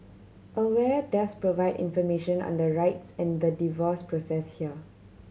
aware does provide information on the rights and the divorce process here